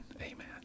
amen